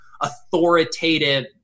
authoritative